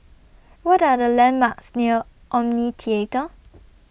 What Are The landmarks near Omni Theatre